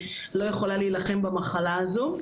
לא יכולה להילחם במחלה הזו,